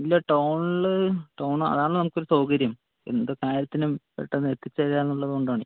ഇല്ല ടൗണിൽ ടൗണാ അതാണ് നമുക്കൊര് സൗകര്യം എന്ത് കാര്യത്തിനും പെട്ടന്നെത്തിചേരുക എന്നുള്ളത് കൊണ്ടാണെ